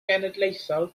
genedlaethol